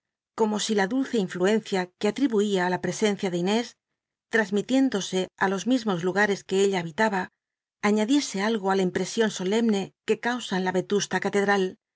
como si la dulce innucncia que alribnia ü la pescncia de inés l tasmitiéndose i los mismos lugares que ella habitaba aiiadiese algo ií la impreion solemne que causan la eju ta catedral